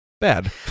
bad